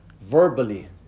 verbally